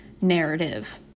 narrative